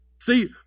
See